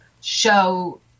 show